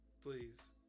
please